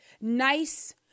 nice